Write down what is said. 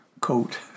coat